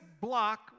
block